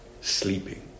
sleeping